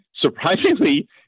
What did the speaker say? surprisingly